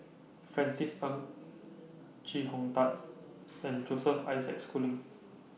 Francis Ng Chee Hong Tat and Joseph Isaac Schooling